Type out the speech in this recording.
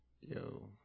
yo